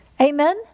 Amen